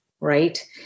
right